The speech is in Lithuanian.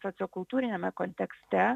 sociokultūriniame kontekste